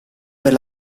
per